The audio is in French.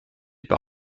par